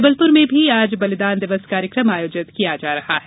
जबलपुर में भी आज बलिदान दिवस कार्यक्रम आयोजित किया जा रहा है